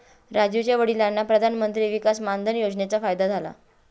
राजीवच्या वडिलांना प्रधानमंत्री किसान मान धन योजनेचा फायदा झाला